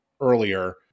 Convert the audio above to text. earlier